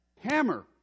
hammer